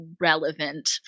relevant